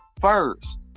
first